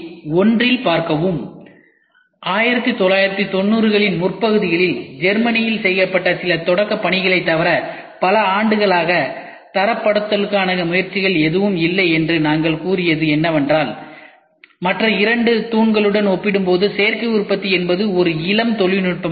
1990 களின் முற்பகுதியில் ஜெர்மனியில் செய்யப்பட்ட சில தொடக்க பணிகளைத் தவிர பல ஆண்டுகளாக தரப்படுத்தலுக்கான முயற்சிகள் ஏதும் இல்லை என்று நாங்கள் கூறியது என்னவென்றால் மற்ற இரண்டு தூண்களுடன் ஒப்பிடும்போது சேர்க்கை உற்பத்தி என்பது ஒரு இளம் தொழில்நுட்பமாகும்